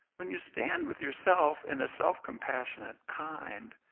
when you stand with yourself in a self-compassionate, kind,